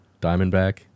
Diamondback